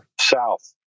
south